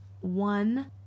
one